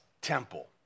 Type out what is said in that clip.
temple